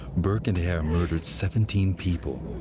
burke and hare murdered seventeen people.